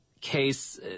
case